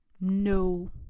no